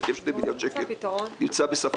בהיקף של 2 מיליארד שקל נמצאת בספק.